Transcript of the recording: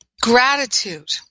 gratitude